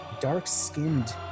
dark-skinned